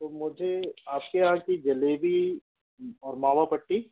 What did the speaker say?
तो मुझे आपके यहा की जलेबी और मावा बाटी